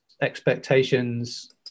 expectations